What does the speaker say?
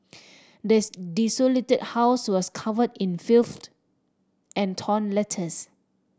this desolated house was covered in filth and torn letters